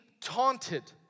taunted